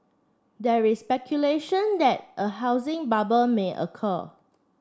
there is speculation that a housing bubble may occur